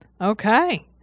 Okay